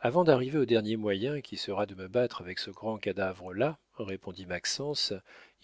avant d'arriver au dernier moyen qui sera de me battre avec ce grand cadavre là répondit maxence